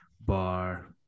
bar